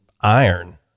iron